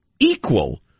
equal